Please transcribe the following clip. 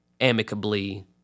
amicably